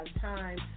time